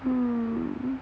!wah!